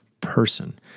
person